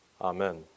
Amen